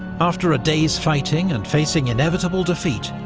after a day's fighting, and facing inevitable defeat,